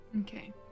Okay